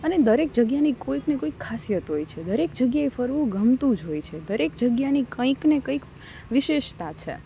અને દરેક જગ્યાની કોઈકને કોઈક ખાસિયત હોય છે દરેક જગ્યાએ ફરવું ગમતું જ હોય છે દરેક જગ્યાની કંઈકને કંઈક વિશેષતા છે